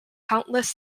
countless